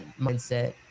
mindset